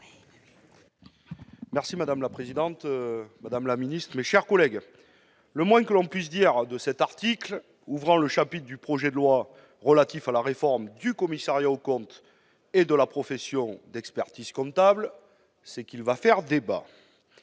Madame la présidente, madame la secrétaire d'État, mes chers collègues, le moins que l'on puisse dire de cet article, ouvrant le chapitre du projet de loi relatif à la réforme du commissariat aux comptes et de la profession d'expertise comptable, c'est qu'il va faire débat